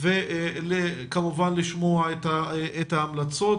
וכמובן לשמוע את ההמלצות.